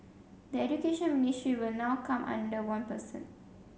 the Education Ministry will now come under one person